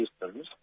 systems